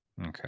Okay